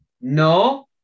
No